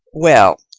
well,